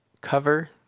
Cover